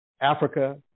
Africa